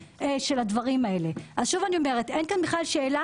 שוב אני אומרת אין כאן שאלה בכלל.